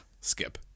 skip